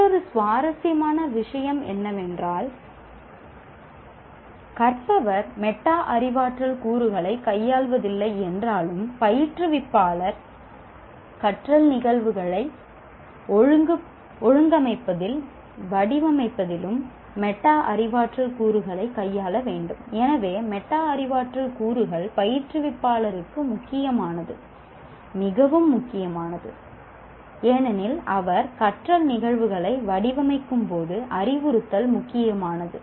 மற்றொரு சுவாரஸ்யமான விஷயம் என்னவென்றால் கற்பவர் மெட்டா அறிவாற்றல் கூறுகளைக் கையாள்வதில்லை என்றாலும் பயிற்றுவிப்பாளர் கற்றல் நிகழ்வுகளை ஒழுங்கமைப்பதிலும் வடிவமைப்பதிலும் மெட்டா அறிவாற்றல் கூறுகள் பயிற்றுவிப்பாளருக்கு மிகவும் முக்கியம் ஏனெனில் அவர் கற்றல் நிகழ்வுகளை வடிவமைக்கும்போது அறிவுறுத்தல் முக்கியமானது